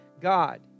God